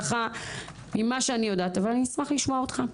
ככה ממה שאני יודעת אבל אני אשמח לשמוע אותך.